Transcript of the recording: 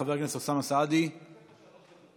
חבר הכנסת אוסאמה סעדי, מוותר.